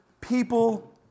people